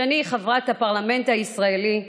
שאני חברת הפרלמנט הישראלי.